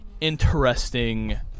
interesting